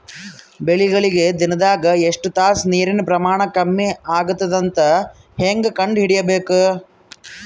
ಬೆಳಿಗಳಿಗೆ ದಿನದಾಗ ಎಷ್ಟು ತಾಸ ನೀರಿನ ಪ್ರಮಾಣ ಕಮ್ಮಿ ಆಗತದ ಅಂತ ಹೇಂಗ ಕಂಡ ಹಿಡಿಯಬೇಕು?